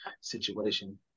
situation